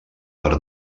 per